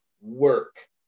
work